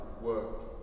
works